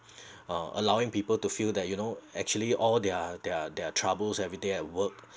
uh allowing people to feel that you know actually all their their their troubles every day at work